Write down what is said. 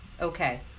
okay